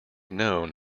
known